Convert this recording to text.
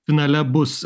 finale bus